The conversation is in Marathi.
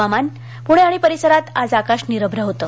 हवामान पुणे आणि परिसरांत आज आकाश निरभ्र होतं